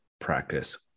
practice